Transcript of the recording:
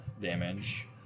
damage